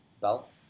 belt